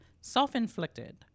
self-inflicted